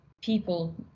people